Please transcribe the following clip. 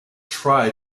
try